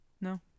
no